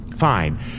fine